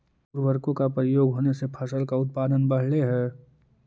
उर्वरकों का प्रयोग होने से फसल का उत्पादन बढ़लई हे